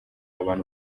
abantu